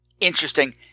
interesting